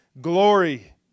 glory